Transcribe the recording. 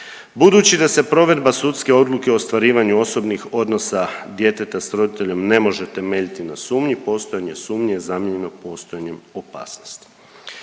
Budući da se provedba sudske odluke o ostvarivanju osobnih odnosa djeteta s roditeljem ne može temeljiti na sumnji, postojanje sumnje je zamijenjenom postojanjem opasnosti.